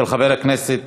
של חברי הכנסת